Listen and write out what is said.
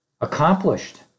accomplished